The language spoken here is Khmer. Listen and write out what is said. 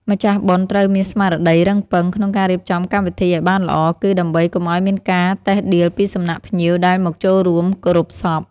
ម្ចាស់បុណ្យត្រូវមានស្មារតីរឹងប៉ឹងក្នុងការរៀបចំកម្មវិធីឱ្យបានល្អ គឺ ដើម្បីកុំឱ្យមានការតិះដៀលពីសំណាក់ភ្ញៀវដែលមកចូលរួមគោរពសព។